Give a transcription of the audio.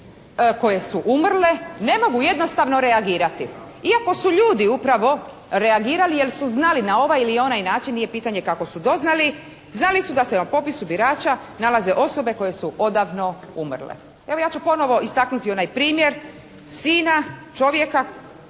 koje su umrle, ne mogu jednostavno reagirati. Iako su ljudi upravo reagirali jer su znali na ovaj ili onaj način, nije pitanje kako su doznali, znali su da se na popisu birača nalaze osobe koje su odavno umrle. Evo, ja ću ponovno istaknuti onaj primjer sina čovjeka